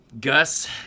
Gus